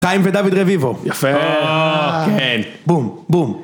טיים ודוד רביבו! יפה! כן! בום! בום!